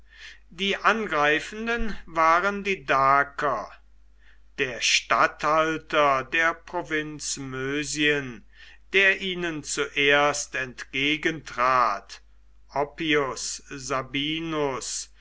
die angreifenden waren die daker der statthalter der provinz mösien der ihnen zuerst entgegentrat oppius sabinus